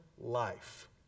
life